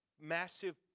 massive